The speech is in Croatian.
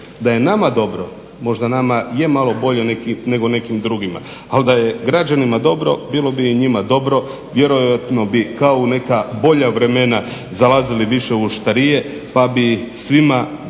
Da je nama dobro, možda nama je malo bolje nego nekim drugima, ali da je građanima dobro bilo bi i njima dobro vjerojatno bi kao u neka bolja vremena zalazili više u Oštarije pa bi svima bilo